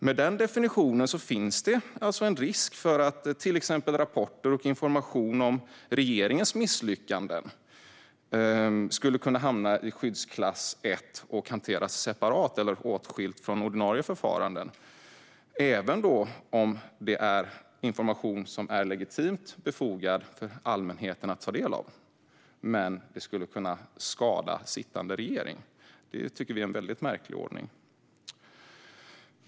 Med denna definition finns det alltså en risk att till exempel rapporter och information om regeringens misslyckanden skulle kunna hamna i skyddsklass 1 och hanteras separat eller åtskilt från ordinarie förfaranden, även om det är information som det är legitimt befogat att allmänheten ska få ta del av men som skulle kunna skada sittande regering. Det tycker vi är en väldigt märklig ordning.